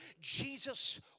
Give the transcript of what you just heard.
Jesus